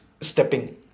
stepping